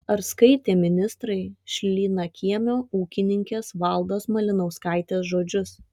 ar skaitė ministrai šlynakiemio ūkininkės valdos malinauskaitės žodžius